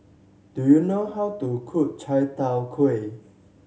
do you know how to cook Chai Tow Kuay